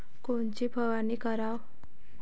कोनची फवारणी कराव?